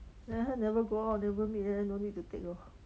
then 她 never go out never meet then no need to take lor